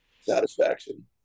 Satisfaction